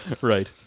Right